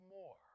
more